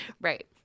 Right